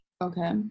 Okay